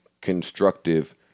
constructive